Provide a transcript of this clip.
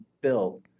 built